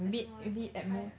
I don't know you can try ah